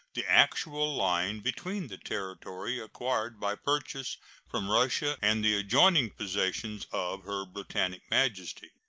the actual line between the territory acquired by purchase from russia and the adjoining possessions of her britannic majesty.